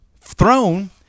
throne